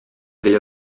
degli